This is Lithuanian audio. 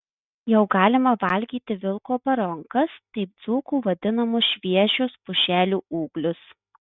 jau galima valgyti vilko baronkas taip dzūkų vadinamus šviežius pušelių ūglius